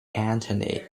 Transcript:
anthony